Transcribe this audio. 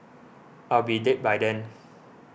I'll be dead by then